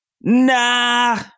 nah